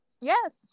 Yes